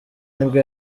nibwo